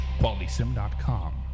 QualitySim.com